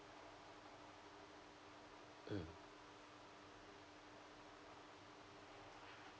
mm